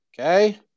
Okay